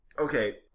Okay